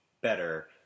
better